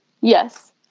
Yes